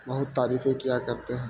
بہت تعریفیں کیا کرتے ہیں